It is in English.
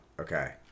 Okay